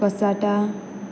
cassata